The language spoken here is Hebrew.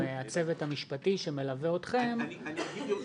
אם יש הסכם בין שני הגופים צריך לראות מה כתוב בו,